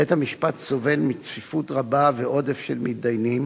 בית-המשפט סובל מצפיפות רבה ועודף של מתדיינים,